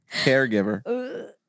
caregiver